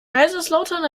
kaiserslautern